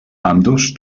ambdós